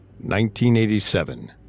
1987